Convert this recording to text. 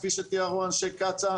כפי שתיארו אנשי קצא"א,